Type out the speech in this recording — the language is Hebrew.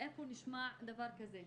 איפה נשמע דבר כזה.